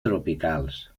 tropicals